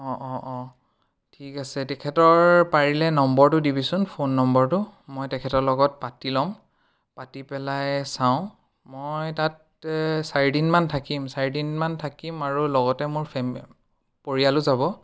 অঁ অঁ অঁ ঠিক আছে তেখেতৰ পাৰিলে নম্বৰটো দিবিচোন ফোন নম্বৰটো মই তেখেতৰ লগত পাতি ল'ম পাতি পেলাই চাওঁ মই তাত চাৰিদিন মান থাকিম চাৰিদিন মান থাকিম আৰু লগতে মোৰ ফেমে পৰিয়ালো যাব